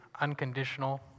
unconditional